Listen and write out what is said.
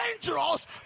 dangerous